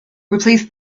replace